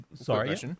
sorry